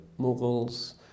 Mughals